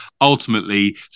ultimately